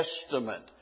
Testament